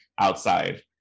outside